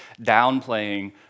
downplaying